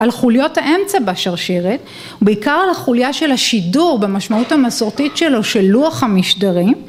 על חוליות האמצע בשרשרת, ובעיקר על החוליה של השידור במשמעות המסורתית שלו של לוח המשדרים